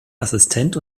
assistent